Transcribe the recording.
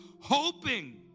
hoping